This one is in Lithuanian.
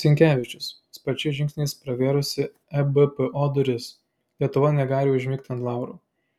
sinkevičius sparčiais žingsniais pravėrusi ebpo duris lietuva negali užmigti ant laurų